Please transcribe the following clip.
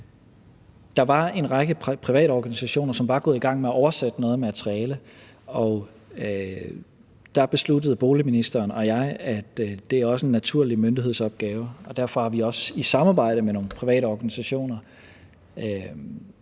Der var en række private organisationer, som var gået i gang med at oversætte noget af materialet, og der besluttede boligministeren og jeg, at det også er en naturlig myndighedsopgave, og derfor har vi, i samarbejde med nogle private organisationer